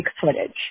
footage